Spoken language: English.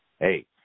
Hey